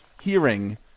hearing